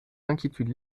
inquiétudes